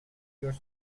your